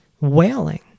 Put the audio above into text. Wailing